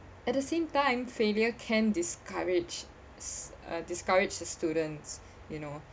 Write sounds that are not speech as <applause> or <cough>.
at the same time failure can discourage <noise> uh discourage the students you know